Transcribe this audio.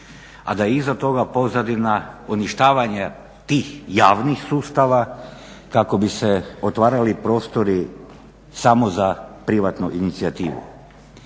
a da je iza toga pozadina uništavanja tih javnih sustava kako bi se otvarali prostori samo za privatnu inicijativu